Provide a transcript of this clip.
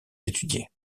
étudiés